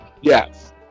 yes